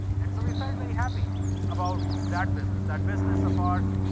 and so we felt very happy about that business, that business of ours.